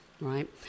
right